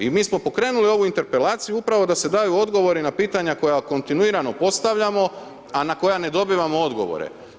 I mi smo pokrenuli ovu interpelaciju upravo da se daju odgovori na pitanja koja kontinuirano postavljamo, a na koja ne dobivamo odgovore.